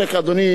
אדוני,